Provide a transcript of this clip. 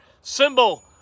symbol